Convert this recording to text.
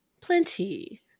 Plenty